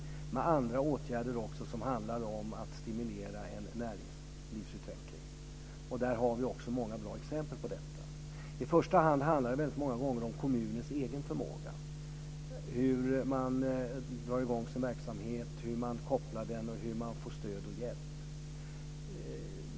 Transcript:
Men det är också andra åtgärder som handlar om att stimulera en näringslivsutveckling. Vi har också många bra exempel på detta. I första hand handlar det många gånger om kommunens egen förmåga - hur man drar i gång sin verksamhet, hur man kopplar den och hur man får stöd och hjälp.